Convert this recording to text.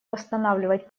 восстанавливать